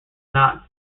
not